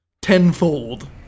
Tenfold